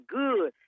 good